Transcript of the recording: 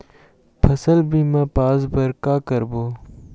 फसल बीमा पास बर का करबो?